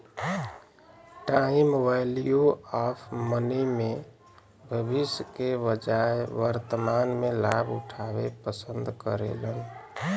time value of money में भविष्य के बजाय वर्तमान में लाभ उठावे पसंद करेलन